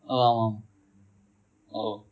ஆமா ஆமா:aama aama oh